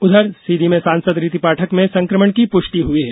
उधर सीधी में सांसद रीति पाठक में संकमण की पुष्टि हुई है